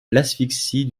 l’asphyxie